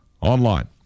online